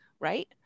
right